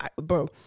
Bro